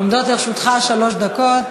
עומדות לרשותך שלוש דקות.